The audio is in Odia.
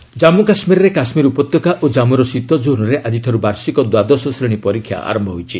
ଜେକେ ଏକ୍ଜାମ୍ ଜନ୍ମୁ କାଶ୍ମୀରରେ କାଶ୍ମୀର ଉପତ୍ୟକା ଓ ଜନ୍ମୁର ଶୀତ ଜୋନ୍ରେ ଆକ୍ଟିଠାରୁ ବାର୍ଷିକ ଦ୍ୱାଦଶ ଶ୍ରେଣୀ ପରୀକ୍ଷା ଆରମ୍ଭ ହୋଇଛି